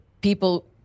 people